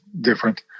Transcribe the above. different